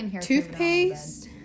toothpaste